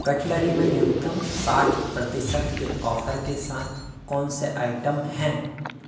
cutlery में न्यूनतम साठ प्रतिशत के ऑफ़र के साथ कौन से आइटम हैं